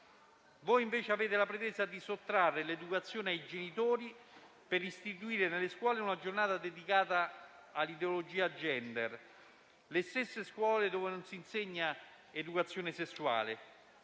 Voi invece avete la pretesa di sottrarre l'educazione ai genitori per istituire nelle scuole una giornata dedicata all'ideologia *gender*; le stesse scuole dove non si insegna educazione sessuale.